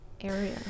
area